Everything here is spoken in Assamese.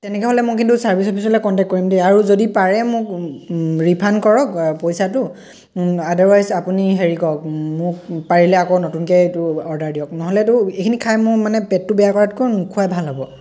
তেনেকৈ হ'লে মই কিন্তু চাৰ্ভিছ অফিচলৈ কণ্টেক্ট কৰিম দেই আৰু যদি পাৰে মোক ৰিফাণ্ড কৰক পইচাটো আডাৰৱাইজ আপুনি হেৰি কৰক মোক পাৰিলে আকৌ নতুনকৈ এইটো অৰ্ডাৰ দিয়ক নহ'লেতো এইখিনি খাই মোৰ মানে পেটটো বেয়া কৰাতকৈ নোখোৱাই ভাল হ'ব